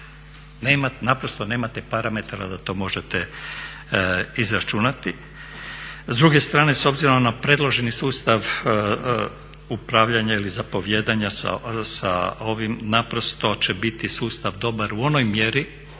naprosto nemate parametara da to možete izračunati. S druge strane s obzirom na predloženi sustav upravljanja ili zapovijedanja naprosto će biti sustav dobar u onoj mjeri